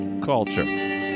Culture